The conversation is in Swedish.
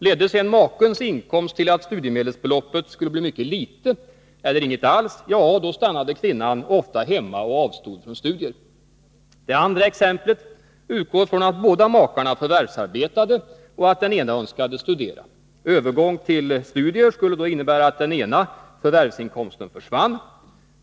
Ledde sedan makens inkomst till att studiemedelsbeloppet skulle bli mycket litet eller inget alls, ja, då stannade kvinnan ofta hemma och avstod från studier. Det andra exemplet utgår från att båda makarna förvärvsarbetade och att den ena önskade studera. Övergång till studier skulle då innebära att den ena förvärvsinkomsten försvann.